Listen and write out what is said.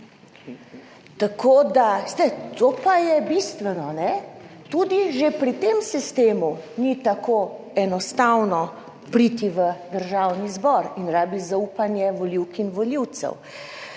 to pa je bistveno, tudi že pri tem sistemu, ni tako enostavno priti v Državni zbor in rabi zaupanje volivk in volivcev.